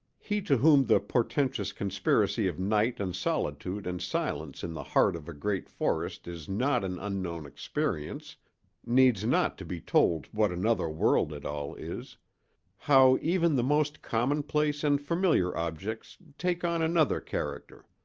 he to whom the portentous conspiracy of night and solitude and silence in the heart of a great forest is not an unknown experience needs not to be told what another world it all is how even the most commonplace and familiar objects take on another character.